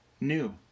new